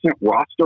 roster